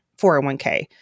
401k